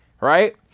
right